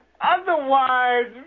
otherwise